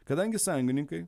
kadangi sąjungininkai